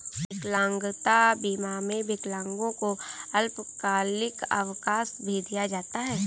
विकलांगता बीमा में विकलांगों को अल्पकालिक अवकाश भी दिया जाता है